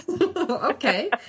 Okay